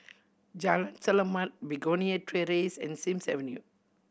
Jalan Selamat Begonia Terrace and Sims Avenue